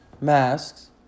masks